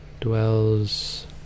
Dwells